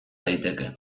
daiteke